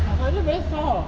her look very soft